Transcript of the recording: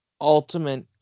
ultimate